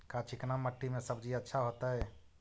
का चिकना मट्टी में सब्जी अच्छा होतै?